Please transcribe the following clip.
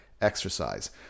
exercise